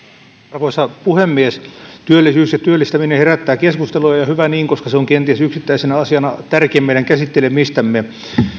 arvoisa puhemies työllisyys ja työllistäminen herättää keskustelua ja ja hyvä niin koska se on kenties yksittäisenä asiana tärkein meidän käsittelemistämme